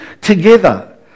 together